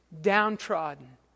downtrodden